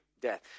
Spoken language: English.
Death